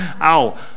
Ow